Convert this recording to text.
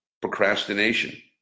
Procrastination